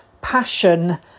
passion